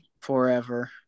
forever